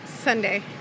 Sunday